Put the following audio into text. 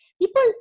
People